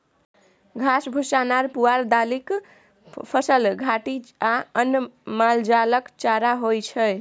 घास, भुस्सा, नार पुआर, दालिक फसल, घाठि आ अन्न मालजालक चारा होइ छै